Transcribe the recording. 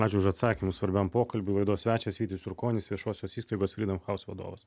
ačiū už atsakymus svarbiam pokalbiui laidos svečias vytis jurkonis viešosios įstaigos freedom house vadovas